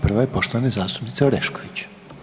Prva je poštovane zastupnice Orešković.